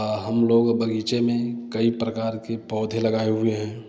हाँ हम लोग बगीचे में कई प्रकार के पौधे लगाए हुए हैं